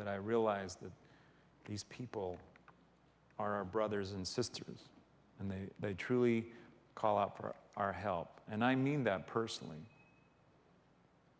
that i realized that these people are our brothers and sisters and they truly call out for our help and i mean that personally